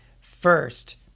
first